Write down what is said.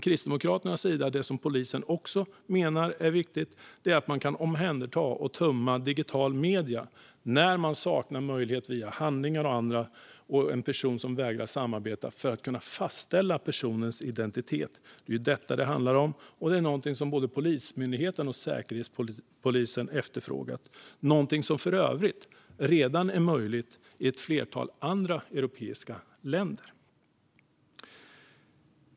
Kristdemokraterna har framfört det som polisen också menar är viktigt: att man för att kunna fastställa personens identitet ska kunna omhänderta och tömma digitala medier när en person saknar handlingar och vägrar att samarbeta. Det är detta det handlar om. Det är något som både Polismyndigheten och Säkerhetspolisen efterfrågar och är för övrigt redan möjligt i ett flertal andra europeiska länder.